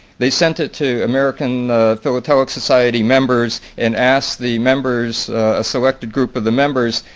they sent it to american philatelic society members and asked the members, a select group of the members,